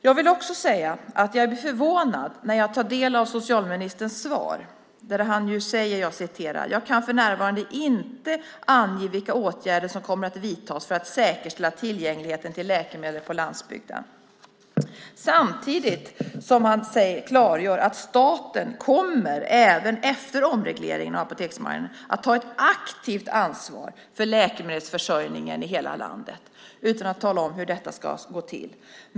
Jag vill också säga att jag blir förvånad när jag tar del av socialministerns svar där han säger: Jag kan för närvarande inte ange vilka åtgärder som kommer att vidtas för att säkerställa tillgängligheten till läkemedel på landsbygden. Samtidigt klargör han att staten även efter omregleringen av apoteksmarknaden kommer att ta ett aktivt ansvar för läkemedelsförsörjningen i hela landet utan att tala om hur detta ska gå till.